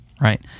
right